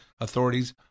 authorities